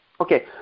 Okay